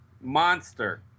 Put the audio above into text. Monster